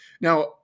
Now